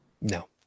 no